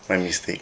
my mistake